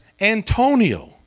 Antonio